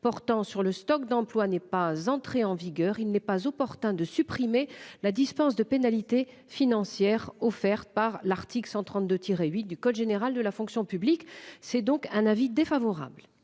portant sur le stock d'emplois n'est pas entrée en vigueur, il n'est pas opportun de supprimer la dispense de pénalités financières offertes par l'article 132 tiré 8 du code général de la fonction publique, c'est donc un avis défavorable.